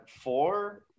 four